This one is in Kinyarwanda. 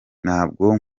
ntabwo